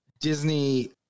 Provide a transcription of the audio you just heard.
Disney